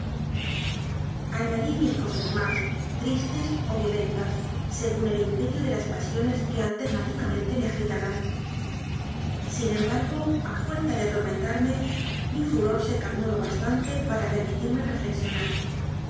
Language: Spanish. añadí mil cosas más tristes o violentas según el imperio de las pasiones que alternativamente me agitaban sin embargo a fuerza de atormen tarme mi furor se calmó lo bastante para permi tirme reflexionar